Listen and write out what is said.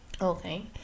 Okay